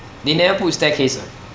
they never put staircase ah